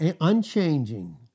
unchanging